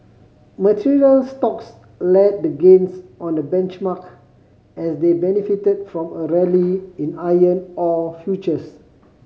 materials stocks led the gains on the benchmark as they benefited from a rally in iron ore futures